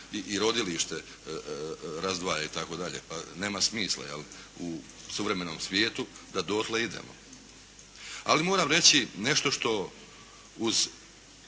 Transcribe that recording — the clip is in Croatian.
i rodilište i razdvaja i tako dalje. Pa nema smisla jel' u suvremenom svijetu da dotle idemo. Ali moram reći nešto što uz